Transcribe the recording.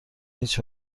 هیچ